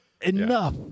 enough